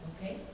Okay